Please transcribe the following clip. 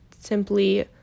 simply